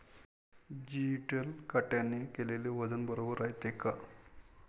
Digital काट्याने केलेल वजन बरोबर रायते का?